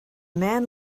man